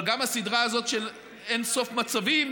אבל גם הסדרה הזאת של אין-סוף מצבים,